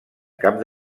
cap